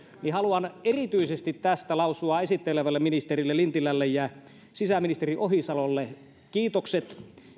niin haluan erityisesti tästä lausua esittelevälle ministerille lintilälle ja sisäministeri ohisalolle kiitokset